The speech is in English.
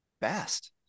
best